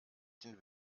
den